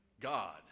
God